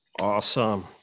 Awesome